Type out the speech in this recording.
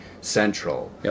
central